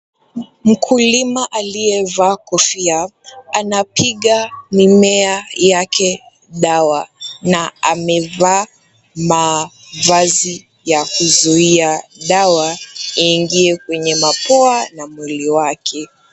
Mkulima aliyevaa kofia anapiga mimea yake dawa na amevaa mavazi ya kuzuia dawa iingie kwenye mapua na mwili wake.